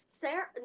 Sarah